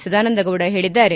ಸದಾನಂದ ಗೌಡ ಹೇಳಿದ್ದಾರೆ